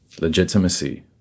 legitimacy